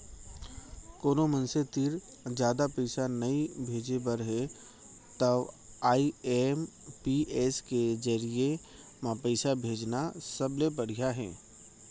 कोनो मनसे तीर जादा पइसा नइ भेजे बर हे तव आई.एम.पी.एस के जरिये म पइसा भेजना सबले बड़िहा हे